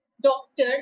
doctor